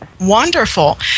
Wonderful